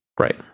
Right